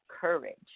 courage